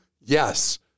yes